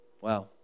Wow